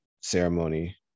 ceremony